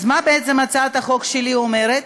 אז מה בעצם הצעת החוק שלי אומרת?